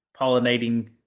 pollinating